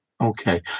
Okay